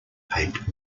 paint